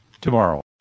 tomorrow